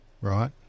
Right